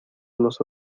los